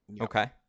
Okay